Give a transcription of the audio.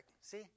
see